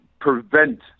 prevent